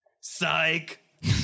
Psych